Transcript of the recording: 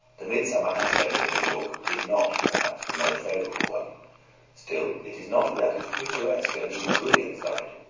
the midsummer aspect of new york is not, perhaps, the most favorable one still, it is not without its picturesque and even brilliant side.